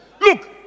Look